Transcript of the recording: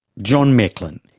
john mecklin,